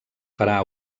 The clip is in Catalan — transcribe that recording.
farà